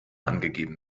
angegeben